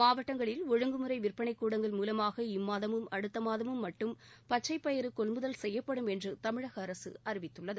மாவட்டங்களில் ஒழுங்குமுறை விற்பனைக் கூடங்கள் மூலமாக இம்மாதமும் அடுத்த மாதமும் மட்டும் பச்சை பயறு கொள்முதல் செய்யப்படும் என்று தமிழக அரசு அறிவித்துள்ளது